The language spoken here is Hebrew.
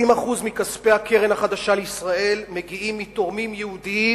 90% מכספי הקרן החדשה לישראל מגיעים מתורמים יהודים